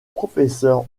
professeur